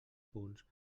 punts